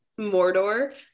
Mordor